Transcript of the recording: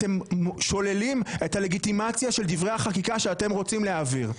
אתם שוללים את הלגיטימציה של דברי החקיקה שאתם רוצים להעביר.